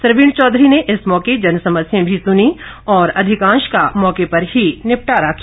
सरवीण चौधरी ने इस मौके जनसमस्याएं भी सुनी और अधिकांश का मौके पर ही निपटारा किया